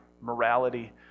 morality